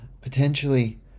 potentially